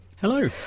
Hello